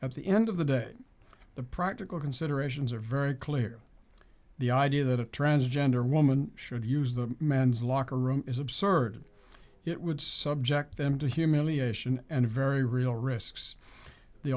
at the end of the day the practical considerations are very clear the idea that a transgender woman should use the men's locker room is absurd it would subjects them to humiliation and very real risks the